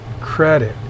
credit